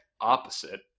opposite